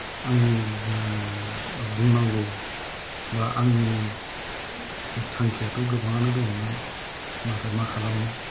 आंनि बुंनांगौ बा आंनि थांखियाथ' गोबाङानो दंमोन नाथाय मा खालामनो